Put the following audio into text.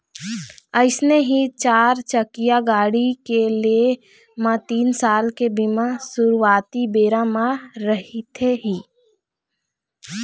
अइसने ही चारचकिया गाड़ी के लेय म तीन साल के बीमा सुरुवाती बेरा म रहिथे ही